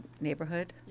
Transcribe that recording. neighborhood